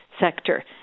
sector